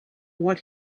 what